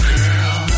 Girl